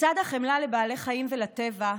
לצד החמלה לבעלי החיים ולטבע,